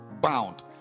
bound